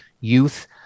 Youth